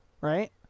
Right